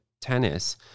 tennis